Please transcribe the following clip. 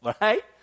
right